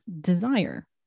desire